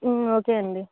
okay అండి